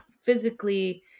physically